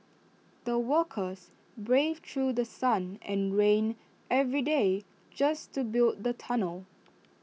the workers braved through The Sun and rain every day just to build the tunnel